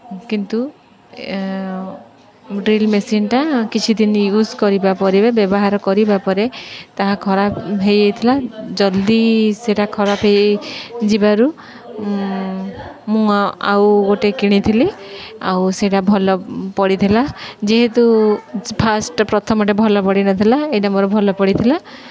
କିନ୍ତୁ ଡ୍ରିଲ୍ ମେସିନ୍ଟା କିଛି ଦିନ ୟୁଜ୍ କରିବା ପରେ ବ୍ୟବହାର କରିବା ପରେ ତାହା ଖରାପ ହୋଇଯାଇଥିଲା ଜଲ୍ଦି ସେଇଟା ଖରାପ ହୋଇଯିବାରୁ ମୁଁ ଆଉ ଗୋଟେ କିଣିଥିଲି ଆଉ ସେଇଟା ଭଲ ପଡ଼ିଥିଲା ଯେହେତୁ ଫାଷ୍ଟ୍ ପ୍ରଥମଟେ ଭଲ ପଡ଼ିନଥିଲା ଏଇଟା ମୋର ଭଲ ପଡ଼ିଥିଲା